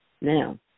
Now